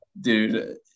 dude